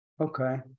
Okay